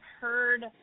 heard